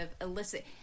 elicit